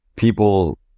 People